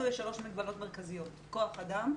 לנו יש שלוש מגבלות מרכזיות כוח אדם,